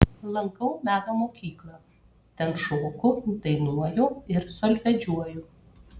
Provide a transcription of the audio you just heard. lankau meno mokyklą ten šoku dainuoju ir solfedžiuoju